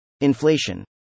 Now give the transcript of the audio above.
inflation